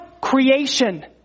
creation